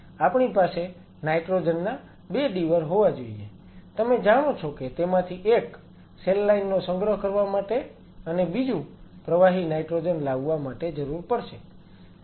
આપણી પાસે નાઈટ્રોજન ના 2 ડીવર હોવા જોઈએ તમે જાણો છો કે તેમાંથી એક સેલ લાઈન નો સંગ્રહ કરવા માટે અને બીજુ પ્રવાહી નાઈટ્રોજન લાવવા માટે જરૂર પડશે